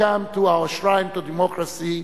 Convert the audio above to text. Welcome to our Shrine of democracy,